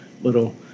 little